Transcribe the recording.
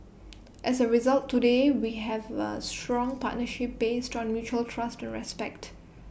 as A result today we have A strong partnership based on mutual trust and respect